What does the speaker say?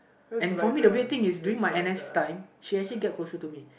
and for me the weird thing is during my N_S time she actually get closer to me